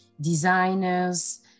designers